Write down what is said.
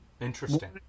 Interesting